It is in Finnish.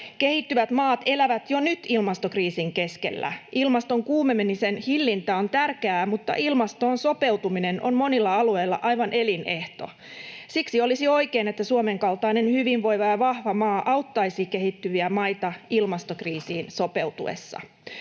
Kehittyvät maat elävät jo nyt ilmastokriisin keskellä. Ilmaston kuumenemisen hillintä on tärkeää, mutta ilmastoon sopeutuminen on monilla alueilla aivan elinehto. Siksi olisi oikein, että Suomen kaltainen hyvinvoiva ja vahva maa auttaisi kehittyviä maita ilmastokriisiin sopeutuessa.